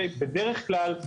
ובדרך כלל,